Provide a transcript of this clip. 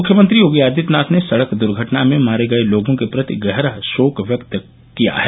मुख्यमंत्री योगी आदित्यनाथ ने सड़क द्वर्घटना में मारे गये लोगों के प्रति गहरा शोक व्यक्त व्यक्त किया है